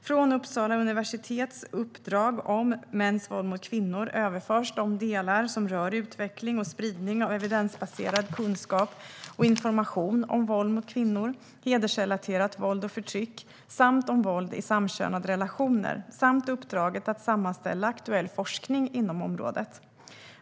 Från Uppsala universitets uppdrag om mäns våld mot kvinnor överförs de delar som rör utveckling och spridning av evidensbaserad kunskap och information om mäns våld mot kvinnor, hedersrelaterat våld och förtryck, våld i samkönade relationer samt uppdraget att sammanställa aktuell forskning inom området.